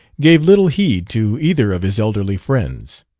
gave little heed to either of his elderly friends.